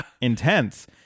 intense